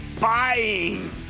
buying